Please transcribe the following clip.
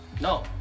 No